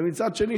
ומצד שני,